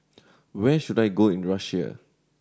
where should I go in Russia